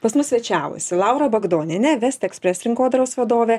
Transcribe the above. pas mus svečiavosi laura bagdonienė vest express rinkodaros vadovė